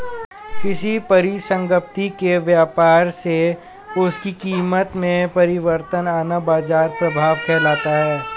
किसी परिसंपत्ति के व्यापार से उसकी कीमत में परिवर्तन आना बाजार प्रभाव कहलाता है